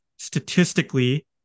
statistically